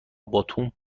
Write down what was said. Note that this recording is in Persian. باتوم